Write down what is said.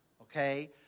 Okay